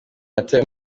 yatawe